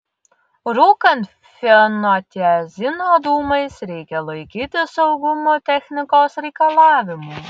rūkant fenotiazino dūmais reikia laikytis saugumo technikos reikalavimų